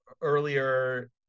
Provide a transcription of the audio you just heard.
earlier